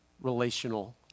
relational